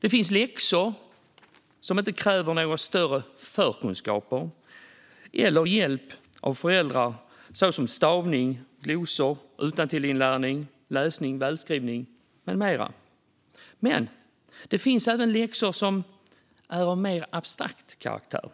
Det finns läxor som inte kräver några större förkunskaper eller hjälp av förälder, såsom stavning, glosor, utantillinlärning, läsning, välskrivning med mera. Men det finns även läxor av mer abstrakt karaktär,